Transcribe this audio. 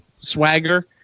swagger